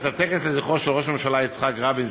את הטקס לזכרו של ראש הממשלה יצחק רבין,